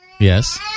Yes